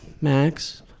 max